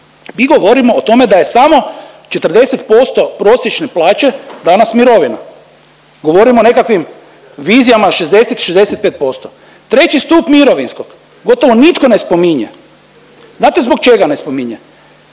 Mi govorimo o tome da je samo 40% prosječne plaće danas mirovina, govorimo o nekakvim vizijama 60 65%. Treći stup mirovinskog gotovo nitko ne spominje. Znate zbog čega ne spominje?